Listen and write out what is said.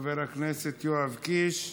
חבר הכנסת יואב קיש,